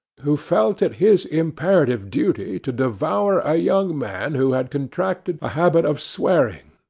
who felt it his imperative duty to devour a young man who had contracted a habit of swearing,